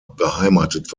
beheimatet